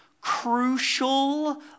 crucial